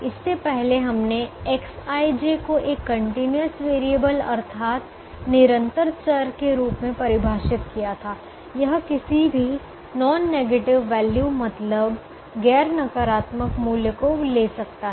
इससे पहले हमने Xij को एक कंटीन्यूअस वेरिएबल अर्थात निरंतर चर के रूप में परिभाषित किया था यह किसी भी नॉन नेगेटिव वैल्यू मतलब गैर नकारात्मक मूल्य को ले सकता है